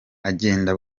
agenda